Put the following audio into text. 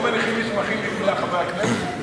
לא מניחים מסמכים בפני חברי הכנסת?